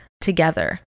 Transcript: together